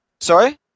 Sorry